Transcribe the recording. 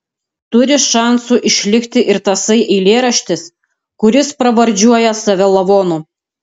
turi šansų išlikti ir tasai eilėraštis kuris pravardžiuoja save lavonu